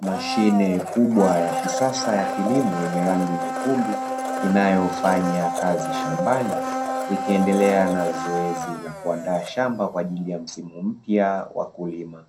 Mashine kubwa ya kisasa ya kilimo yenye rangi nyekundu inayofanya kazi shambani ikiendelea na zoezi la kuandaa shamba kwa ajili ya msimu mpya wa kulima,